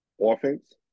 offense